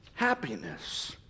happiness